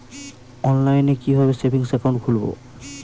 অনলাইনে কিভাবে savings account খুলবো?